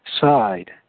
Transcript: side